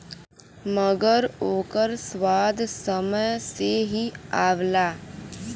मगर ओकर स्वाद समय से ही आवला